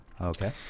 Okay